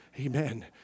Amen